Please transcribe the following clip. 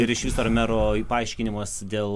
ir išvis ar mero paaiškinimas dėl